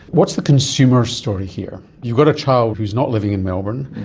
what's the consumer story here? you've got a child who is not living in melbourne,